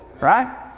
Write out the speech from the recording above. right